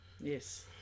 Yes